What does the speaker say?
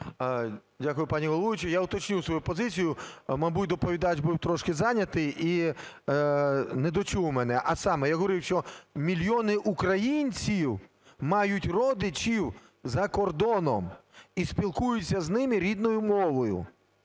Дякую, пані головуюча. Я уточню свою позицію. Мабуть, доповідач був трішки зайнятий і недочув мене. А саме: я говорив, що мільйони українців мають родичів за кордоном і спілкуються з ними рідною мовою.